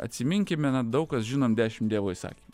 atsiminkime na daug kas žinom dešim dievo įsakymų